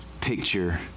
picture